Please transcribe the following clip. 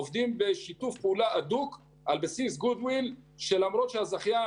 עובדים בשיתוף פעולה הדוק על בסיס רצון טוב שלמרות שהזכיין